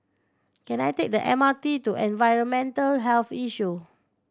can I take the M R T to Environmental Health Issue